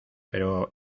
pero